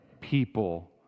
people